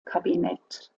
kabinett